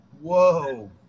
Whoa